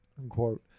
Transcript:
Unquote